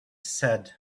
said